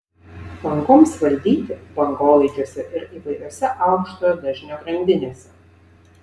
bangoms valdyti bangolaidžiuose ir įvairiose aukštojo dažnio grandinėse